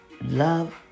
love